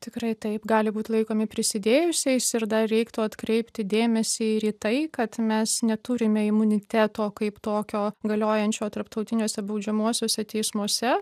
tikrai taip gali būt laikomi prisidėjusiais ir dar reiktų atkreipti dėmesį ir į tai kad mes neturime imuniteto kaip tokio galiojančio tarptautiniuose baudžiamuosiuose teismuose